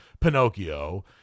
Pinocchio